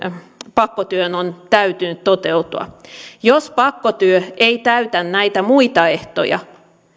pakkotyön on täytynyt toteutua jos pakkotyö ei täytä näitä muita ehtoja